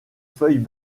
feuilles